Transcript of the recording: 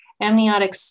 amniotic